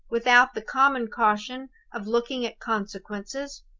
without the common caution of looking at consequences?